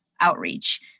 outreach